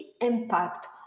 impact